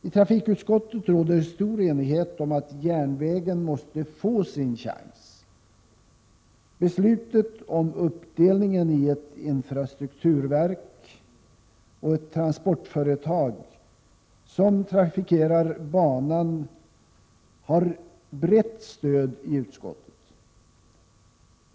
I trafikutskottet råder stor enighet om att järnvägen måste få sin chans. Beslutet om uppdelningen i ett infrastrukturverk och ett transportföretag som trafikerar banan har brett stöd i utskottet.